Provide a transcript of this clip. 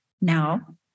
now